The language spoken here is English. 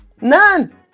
None